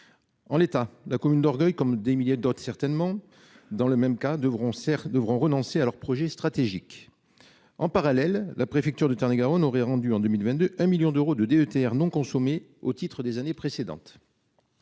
En l'état, la commune d'Orgueil, comme des milliers d'autres qui sont dans le même cas, devra certainement renoncer à ses projets stratégiques. En parallèle, la préfecture du Tarn-et-Garonne aurait, en 2022, rendu 1 million d'euros de DETR non consommée au titre des années précédentes.